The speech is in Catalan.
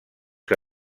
que